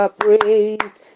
praised